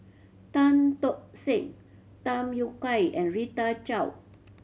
Tan Tock Seng Tham Yui Kai and Rita Chao